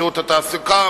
שירות התעסוקה,